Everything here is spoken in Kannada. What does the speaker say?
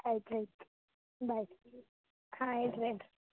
ಆಯ್ತು ಆಯ್ತು ಬಾಯ್ ಹಾಂ ಇಡ್ರಿ ಇಡ್ರಿ